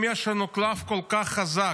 אם יש לנו קלף כל כך חזק,